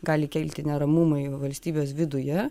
gali kilti neramumai valstybės viduje